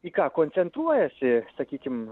į ką koncentruojasi sakykim